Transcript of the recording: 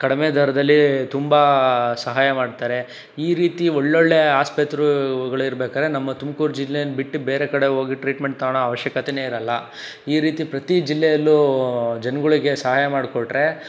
ಕಡಿಮೆ ದರದಲ್ಲಿ ತುಂಬ ಸಹಾಯ ಮಾಡ್ತಾರೆ ಈ ರೀತಿ ಒಳ್ಳೊಳ್ಳೆಯ ಆಸ್ಪತ್ರೆಗಳಿರ್ಬೇಕಾದರೆ ನಮ್ಮ ತುಮಕೂರು ಜಿಲ್ಲೇನ ಬಿಟ್ಟು ಬೇರೆ ಕಡೆ ಹೋಗಿ ಟ್ರೀಟ್ಮೆಂಟ್ ತಗೊಳ್ಳೋ ಅವಶ್ಯಕತೆನೇ ಇರಲ್ಲ ಈ ರೀತಿ ಪ್ರತಿ ಜಿಲ್ಲೆಯಲ್ಲೂ ಜನಗಳಿಗೆ ಸಹಾಯ ಮಾಡಿಕೊಟ್ರೆ